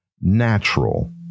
natural